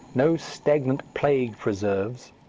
no stagnant plague-preserves.